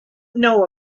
know